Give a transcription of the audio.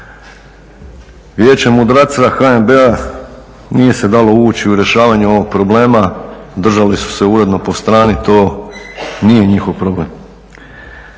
Vijeće mudraca HNB-a nije se dalo uvući u rješavanje ovog problema, držali su se uredno po strani, to nije njihov problem.